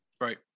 Right